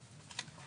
הציבור".